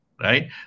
Right